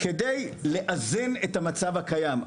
כדי לאזן את המצב הקיים.